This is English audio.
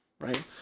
right